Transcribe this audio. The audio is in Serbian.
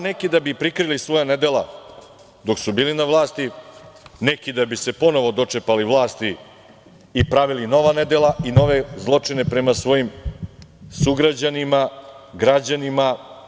Neki da bi prikrili svoja nedela dok su bili na vlasti, neki da bi se ponovo dočepali vlasti i pravili nova nedela, nove zločine prema svojim sugrađanima, građanima.